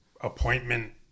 appointment